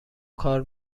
کار